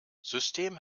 system